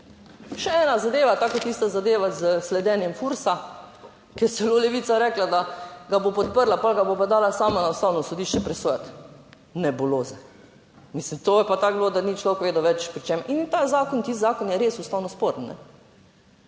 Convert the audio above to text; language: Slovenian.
Še ena zadeva, tako kot tista zadeva s sledenjem Furs, ki je celo Levica rekla, da ga bo podprla, potem ga bo pa dala sama na Ustavno sodišče presojati. Nebuloze. Mislim, to je pa tako bilo, da ni človek vedel več, pri čem. In ta zakon, tisti zakon je res ustavno sporen.